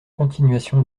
continuation